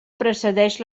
precedeix